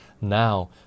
now